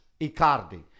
Icardi